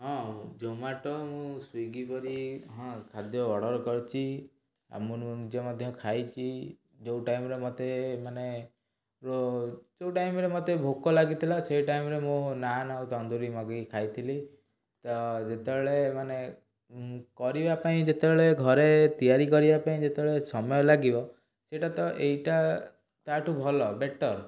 ହଁ ଜୋମାଟୋ ମୁଁ ସ୍ଵିଗୀ ପରି ହଁ ଖାଦ୍ୟ ଅର୍ଡ଼ର୍ କରିଛି ଆଉ ମୁଁ ନିଜେ ମଧ୍ୟ ଖାଇଛି ଯେଉଁ ଟାଇମ୍ର ମୋତେ ମାନେ ର ଯେଉଁ ଟାଇମ୍ରେ ମୋତେ ଭୋକ ଲାଗିଥିଲା ସେଇ ଟାଇମ୍ରେ ମୁଁ ନାନ୍ ଆଉ ତନ୍ଦୁରୀ ମଗାଇକି ଖାଇଥିଲି ତ ଯେତେବେଳେ ମାନେ କରିବା ପାଇଁ ଯେତେବେଳେ ଘରେ ତିଆରି କରିବା ପାଇଁ ଯେତେବେଳେ ସମୟ ଲାଗିବ ସେଇଟା ତ ଏଇଟା ତା'ଠୁ ଭଲ ବେଟର୍